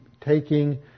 taking